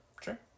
sure